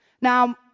Now